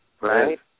Right